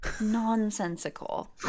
nonsensical